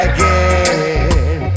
Again